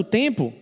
tempo